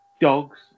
dogs